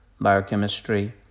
biochemistry